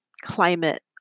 climate